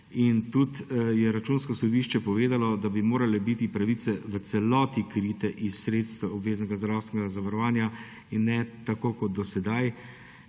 navedel. Računsko sodišče je povedalo, da bi morale biti pravice v celoti krite iz sredstev obveznega zdravstvenega zavarovanja in ne tako, kot do sedaj,